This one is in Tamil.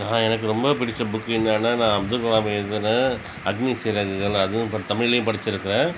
நான் எனக்கு ரொம்ப பிடித்த புக் என்னனா நான் அப்துல் கலாம் எழுதின அக்னி சிறகுகள் அதுவும் அப்றம் தமிழ்லேயும் படிச்சிருக்கேன்